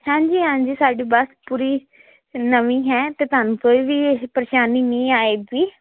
ਹਾਂਜੀ ਹਾਂਜੀ ਸਾਡੀ ਬਸ ਪੂਰੀ ਨਵੀਂ ਹੈ ਤੇ ਤੁਹਾਨੂੰ ਕੋਈ ਵੀ ਪਰੇਸ਼ਾਨੀ ਨਹੀਂ ਆਏਗੀ